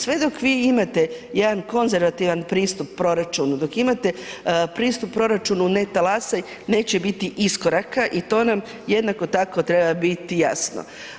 Sve dok vi imate jedan konzervativan pristup proračunu, dok imate pristup proračunu ne talasaj, neće biti iskoraka i to nam jednako tako treba biti jasno.